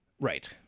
right